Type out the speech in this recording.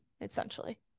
essentially